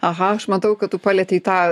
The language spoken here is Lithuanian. aha aš matau kad tu palietei tą